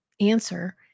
answer